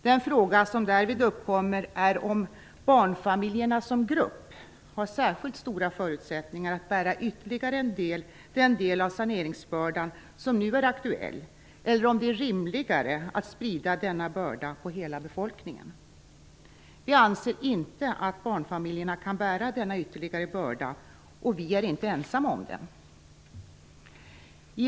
Den fråga som därvid uppkommer är om barnfamiljerna som grupp har särskilt stora förutsättningar att bära ytterligare den del av saneringsbördan som nu är aktuell eller om det är rimligare att sprida denna börda på hela befolkningen. Vi anser inte att barnfamiljerna kan bära denna ytterligare börda och vi är inte ensamma om detta.